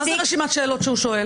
מה זה רשימת השאלות שהוא שואל?